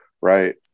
right